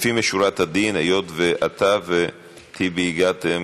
לפנים משורת הדין, היות שאתה וטיבי הגעתם